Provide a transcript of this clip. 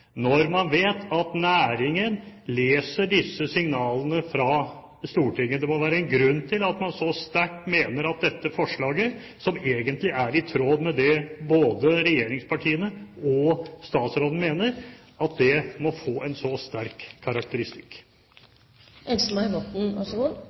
når man vet at næringen leser disse signalene fra Stortinget. Det må være en grunn til at man så sterkt mener at dette forslaget, som egentlig er i tråd med det både regjeringspartiene og statsråden mener, må få en så sterk